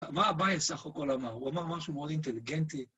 מה אביי סך הכל אמר? הוא אמר משהו מאוד אינטליגנטי.